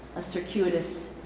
a circuitous